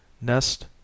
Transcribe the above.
Nest